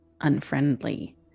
unfriendly